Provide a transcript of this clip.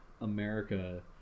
america